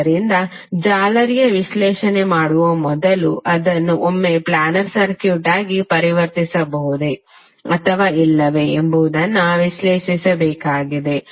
ಆದ್ದರಿಂದ ಜಾಲರಿಯ ವಿಶ್ಲೇಷಣೆ ಮಾಡುವ ಮೊದಲು ಅದನ್ನು ಒಮ್ಮೆ ಪ್ಲ್ಯಾನರ್ ಸರ್ಕ್ಯೂಟ್ ಆಗಿ ಪರಿವರ್ತಿಸಬಹುದೇ ಅಥವಾ ಇಲ್ಲವೇ ಎಂಬುದನ್ನು ವಿಶ್ಲೇಷಿಸಬೇಕಾಗಿದೆ